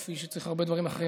כפי שצריך הרבה דברים אחרים,